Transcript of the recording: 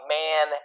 man